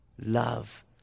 love